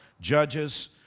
judges